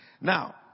now